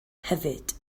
hefyd